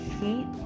heat